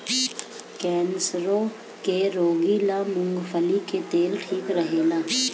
कैंसरो के रोगी ला मूंगफली के तेल ठीक रहेला